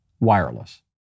wireless